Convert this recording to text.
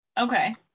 Okay